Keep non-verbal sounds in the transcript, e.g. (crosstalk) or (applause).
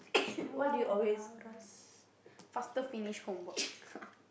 what about us faster finish homework (noise)